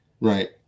Right